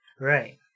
Right